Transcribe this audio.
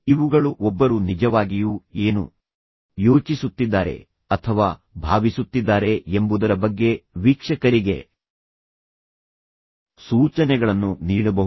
ಇವುಗಳು ಒಬ್ಬರು ನಿಜವಾಗಿಯೂ ಏನು ಯೋಚಿಸುತ್ತಿದ್ದಾರೆ ಅಥವಾ ಭಾವಿಸುತ್ತಿದ್ದಾರೆ ಎಂಬುದರ ಬಗ್ಗೆ ವೀಕ್ಷಕರಿಗೆ ಸೂಚನೆಗಳನ್ನು ನೀಡಬಹುದು